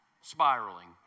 spiraling